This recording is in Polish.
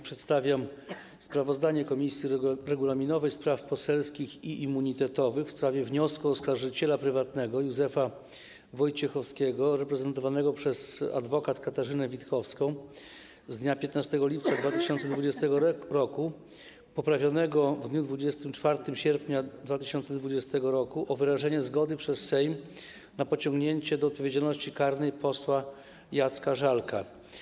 Przedstawiam sprawozdanie Komisji Regulaminowej, Spraw Poselskich i Immunitetowych w sprawie wniosku oskarżyciela prywatnego Józefa Wojciechowskiego, reprezentowanego przez adwokat Katarzynę Witkowską z dnia 15 lipca 2020 r., poprawionego w dniu 24 sierpnia 2020 r., o wyrażenie zgody przez Sejm na pociągnięcie do odpowiedzialności karnej posła Jacka Żalka.